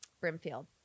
Brimfield